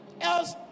Else